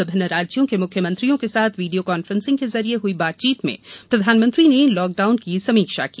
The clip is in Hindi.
विभिन्न राज्यों के मुख्यमंत्रियों के साथ वीडियो कांफ्रेंसिंग के जरिए हई बातचीत में प्रधानमंत्री ने लॉकडाउन की समीक्षा की